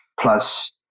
plus